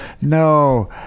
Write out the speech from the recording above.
No